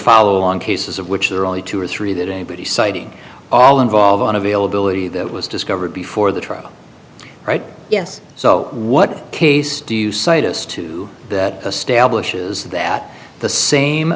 follow on cases of which there are only two or three that anybody citing all involve on availability that was discovered before the trial right yes so what case do you cite as to a stale bush is that the same